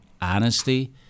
honesty